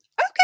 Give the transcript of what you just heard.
okay